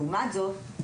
לעומת זאת,